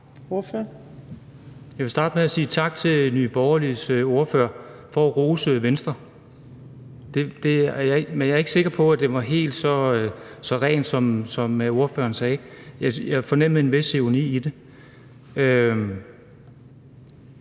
Jeg vil starte med at sige tak til Nye Borgerliges ordfører for at rose Venstre. Men jeg er ikke sikker på, at rosen var helt så ren, som ordføreren sagde. Jeg fornemmede en vis ironi i det.